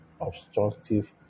obstructive